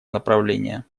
направление